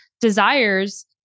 desires